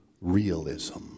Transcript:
realism